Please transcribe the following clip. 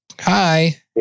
Hi